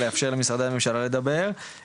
לאפשר למשרדי הממשלה לדבר,